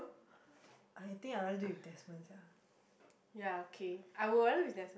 I think I rather do with Desmond sia